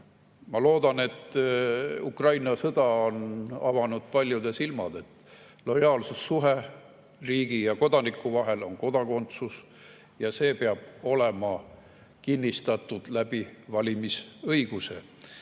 ma loodan, et Ukraina sõda on avanud paljude silmad. Lojaalsussuhe riigi ja kodaniku vahel on kodakondsus ja see peab olema kinnistatud läbi valimisõiguse.